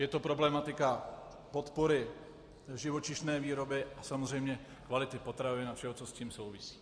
Je to problematika podpory živočišné výroby a samozřejmě kvality potravin a všeho, co s tím souvisí.